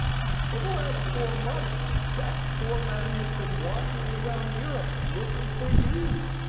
for the last four months, that poor man has been wandering around europe, looking for you.